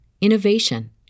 innovation